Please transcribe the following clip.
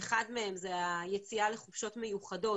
אחד מהם זה היציאה לחופשות מיוחדות,